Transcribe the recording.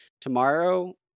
Tomorrow